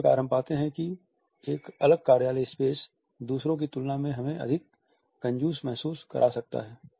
इसी प्रकार हम पाते हैं कि एक अलग कार्यालय स्पेस दूसरों की तुलना में हमें अधिक कंजूस महसूस करा सकता है